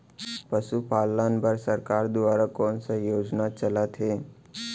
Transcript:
पशुपालन बर सरकार दुवारा कोन स योजना चलत हे?